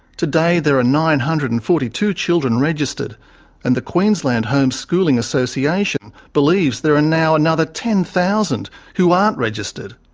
today there are nine hundred and forty two children registered and the queensland homeschooling association believes there are now another ten thousand who aren't registered.